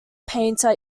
painter